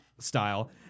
Style